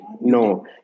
No